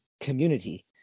community